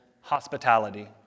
hospitality